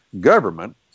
government